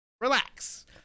relax